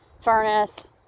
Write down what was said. furnace